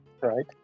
right